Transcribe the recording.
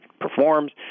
performs